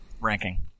ranking